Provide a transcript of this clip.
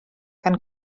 gan